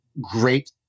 great